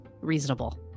reasonable